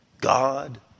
God